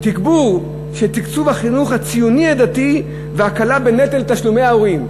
שיש תגבור של תקצוב החינוך הציוני הדתי והקלה בנטל תשלומי ההורים.